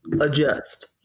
adjust